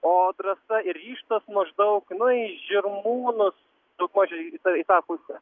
o drąsa ir ryžtas maždaug nu į žirmūnus daugmaž į į tą pusę